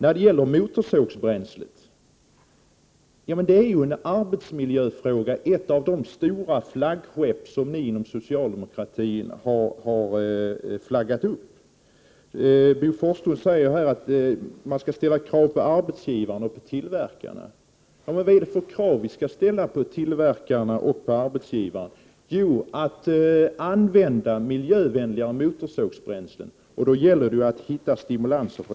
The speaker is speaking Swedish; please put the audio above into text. Sedan till motorsågsbränslet. Det är ju en arbetsmiljöfråga, ett av de stora flaggskepp som socialdemokratin har kommit med. Bo Forslund sade att man skall ställa krav på arbetsgivarna och tillverkarna. Men vilka krav skall vi ställa? Jo, krav på att använda miljövänligare motorsågsbränslen, och då gäller det ju att hitta stimulanser.